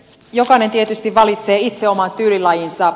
jokainen tietysti valitsee itse oman tyylilajinsa